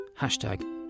Hashtag